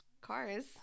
cars